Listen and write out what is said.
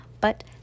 But